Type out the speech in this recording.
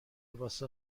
واسه